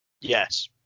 Yes